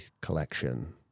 collection